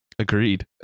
agreed